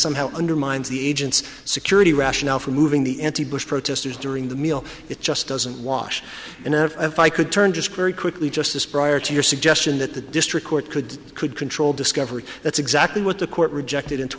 somehow undermines the agent's security rationale for moving the anti bush protesters during the meal it just doesn't wash and if i could turn just very quickly justice prior to your suggestion that the district court could could control discovery that's exactly what the court rejected in